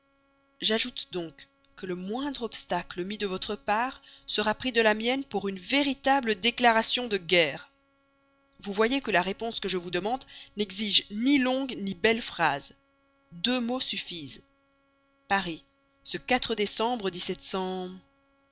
j'ajoute donc que le moindre obstacle mis de votre part sera pris de la mienne pour une véritable déclaration de guerre vous voyez que la réponse que je vous demande n'exige ni longues ni belles phrases deux mots suffisent paris ce décembre